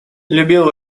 любил